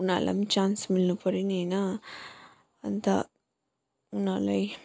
उनीहरूलाई पनि चान्स मिल्नुपर्यो नि हैन अनि त उनीहरूलाई